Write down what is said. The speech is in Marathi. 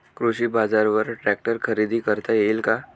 कृषी बाजारवर ट्रॅक्टर खरेदी करता येईल का?